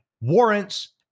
warrants